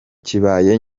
kibaye